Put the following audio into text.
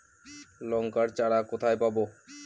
লঙ্কার চারা কোথায় পাবো?